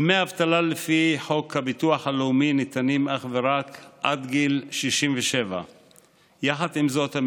דמי אבטלה לפי חוק הביטוח הלאומי ניתנים אך ורק עד גיל 67. יחד עם זאת,